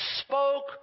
spoke